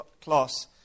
class